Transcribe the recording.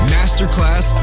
Masterclass